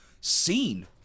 seen